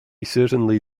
certainly